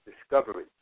discovery